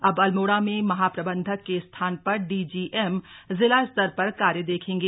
अब अल्मोड़ा में महाप्रबंधक के स्थान पर डी जी एम जिला स्तर पर कार्य देखेंगे